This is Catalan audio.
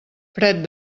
fred